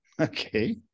Okay